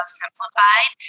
simplified